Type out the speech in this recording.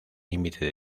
límite